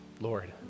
Lord